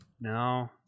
No